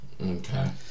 Okay